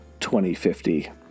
2050